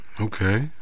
Okay